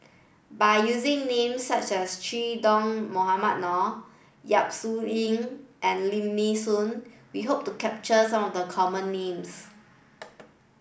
by using names such as Che Dah Mohamed Noor Yap Su Yin and Lim Nee Soon we hope to capture some of the common names